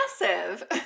massive